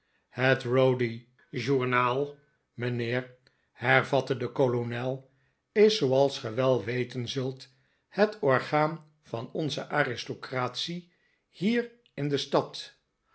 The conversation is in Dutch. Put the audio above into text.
het rowdy journal mijnheer hervatte de kolonel f is f zooals ge wel weten zult het orgaan van onze aristocratie hier in de stad